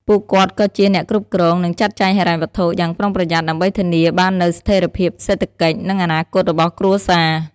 ពួកគាត់ក៏ជា អ្នកគ្រប់គ្រង និងចាត់ចែងហិរញ្ញវត្ថុ យ៉ាងប្រុងប្រយ័ត្នដើម្បីធានាបាននូវស្ថិរភាពសេដ្ឋកិច្ច និងអនាគតរបស់គ្រួសារ។